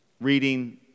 reading